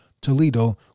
Toledo